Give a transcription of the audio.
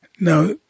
Now